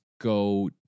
go